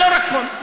אבל לא רק הוא,